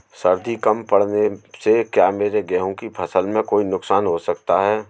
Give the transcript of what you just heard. सर्दी कम पड़ने से क्या मेरे गेहूँ की फसल में कोई नुकसान हो सकता है?